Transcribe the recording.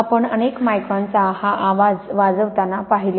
आपण अनेक मायक्रॉनचा हा आवाज वाजवताना पाहिले